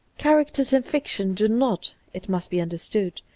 characters in fiction do not, it must be understood,